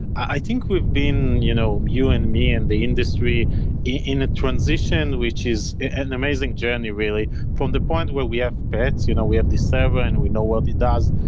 i think we've been, you know you and me and the industry in a transition, which is an amazing journey really. from the point where we have pets, you know we have the server and we know what it does,